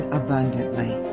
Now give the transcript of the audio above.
abundantly